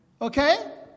Okay